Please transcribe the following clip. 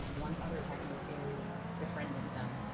one other technique is befriending them,